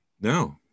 No